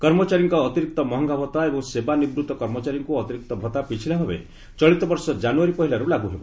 କର୍ମଚାରୀଙ୍କ ଅତିରିକ୍ତ ମହଙ୍ଗା ଭତ୍ତା ଏବଂ ସେବା ନିବୃତ୍ତ କର୍ମଚାରୀଙ୍କୁ ଅତିରିକ୍ତ ଭଉ୍ତା ପିଛିଲା ଭାବେ ଚଳିତବର୍ଷ ଜାନୁୟାରୀ ପହିଲାରୁ ଲାଗୁ ହେବ